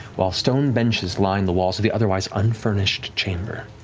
while stone benches line the walls of the otherwise unfurnished chamber.